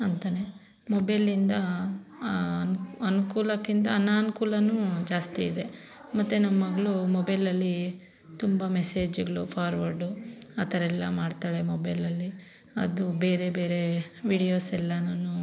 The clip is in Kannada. ಅಂತಾನೆ ಮೊಬೈಲಿಂದ ಅನುಕೂಲಕ್ಕಿಂತ ಅನನ್ಕೂಲನು ಜಾಸ್ತಿ ಇದೆ ಮತ್ತು ನಮ್ಮ ಮಗಳು ಮೊಬೈಲಲ್ಲಿ ತುಂಬ ಮೆಸೇಜ್ಗಳು ಫಾರ್ವರ್ಡು ಆ ಥರ ಎಲ್ಲ ಮಾಡ್ತಳೆ ಮೊಬೈಲಲ್ಲಿ ಅದು ಬೇರೆ ಬೇರೆ ವೀಡಿಯೋಸ್ ಎಲ್ಲಾನು